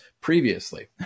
previously